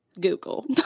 google